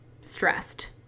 stressed